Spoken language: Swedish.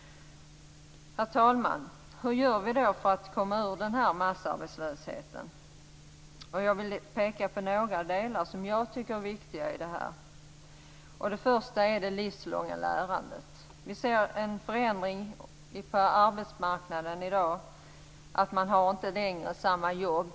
Herr talman! Hur gör vi då för att komma ur massarbetslösheten? Jag vill peka på några delar som jag tycker är viktiga. Det första är det livslånga lärandet. Vi ser en förändring på arbetsmarknaden i dag. Man har inte länge samma jobb.